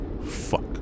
Fuck